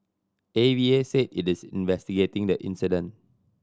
A V A said it is investigating the incident